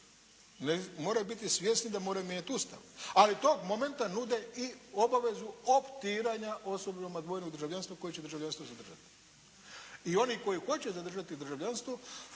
moraju biti svjesni da moraju mijenjati Ustav, ali tog momenta nude i obavezu optiranja osobama dvojnog državljanstva koje će državljanstvo zadržati. I oni koji hoće zadržati državljanstvo